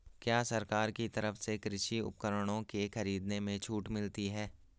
क्या सरकार की तरफ से कृषि उपकरणों के खरीदने में छूट मिलती है?